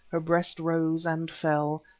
her breast rose and fell,